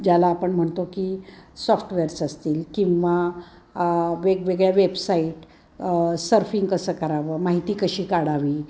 ज्याला आपण म्हणतो की सॉफ्टवेअर्स असतील किंवा वेगवेगळ्या वेबसाईट सर्फिंग कसं करावं माहिती कशी काढावी